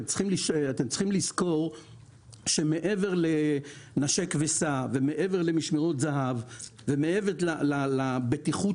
אתם צריכים לזכור שמעבר ל'נשק וסע' ומעבר למשמרות זה"ב ומעבר לבטיחות